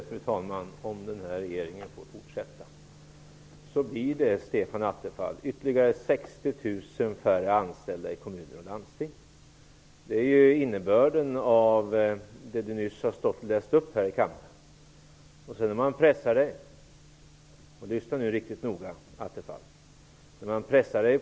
Fru talman! Just det! Om den här regeringen får fortsätta så blir det ytterligare 60 000 färre anställda i kommuner och landsting, Stefan Attefall! Det är innebörden av vad Attefall nyss läste upp här i kammaren. Men när man pressar honom -- och lyssna noga nu!